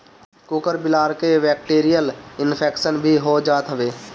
कुकूर बिलार के बैक्टीरियल इन्फेक्शन भी हो जात हवे